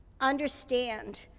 understand